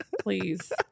Please